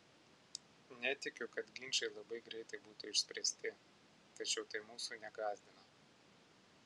netikiu kad ginčai labai greitai būtų išspręsti tačiau tai mūsų negąsdina